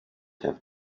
have